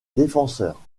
défenseurs